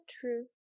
true